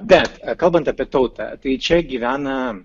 bet kalbant apie tautą tai čia gyvena